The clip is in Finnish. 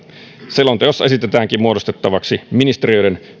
selonteossa esitetäänkin muodostettavaksi ministeriöiden